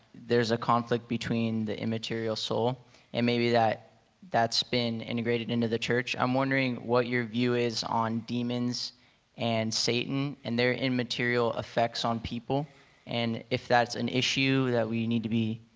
there's a conflict between the immaterial soul and maybe that that's been integrated into the church, i'm wondering what your view is on demons and satan and their immaterial effects on people and if that's an issue that we need to be